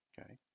okay